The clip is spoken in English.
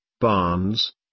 barns